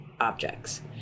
objects